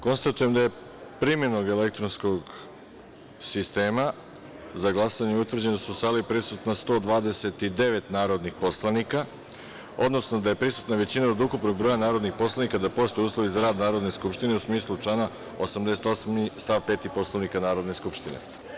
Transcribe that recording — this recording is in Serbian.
Konstatujem da je primenom elektronskog sistema za glasanje utvrđeno da je u sali prisutno 129 narodnih poslanika, odnosno da je prisutna većina od ukupnog broja narodnih poslanika i da postoje uslovi za rad Narodne skupštine, u smislu člana 88. stav 5. Poslovnika Narodne skupštine.